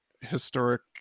historic